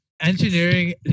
Engineering